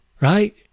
right